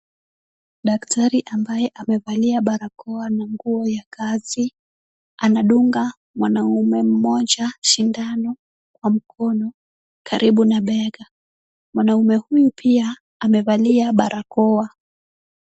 Daktari ambaye amevalia barakoa na nguo ya kazi anadunga mwanaume mmoja sindano kwa mkono karibu na bega, mwanaume huyu pia amevalia barakoa.